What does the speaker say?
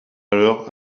alors